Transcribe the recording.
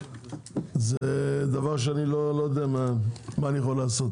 זה דבר שאני לא יודע מה אני יכול לעשות.